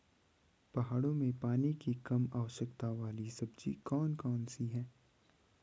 पहाड़ों में पानी की कम आवश्यकता वाली सब्जी कौन कौन सी हैं?